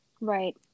right